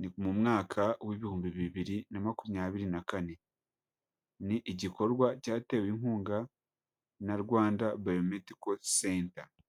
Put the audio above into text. ni mu mwaka w'ibihumbi bibiri na makumyabiri na kane, ni igikorwa cyatewe inkunga na Rwanda bayomediko senta.